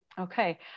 okay